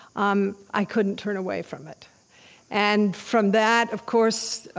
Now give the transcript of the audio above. um i couldn't turn away from it and from that, of course,